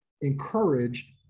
encouraged